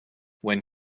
when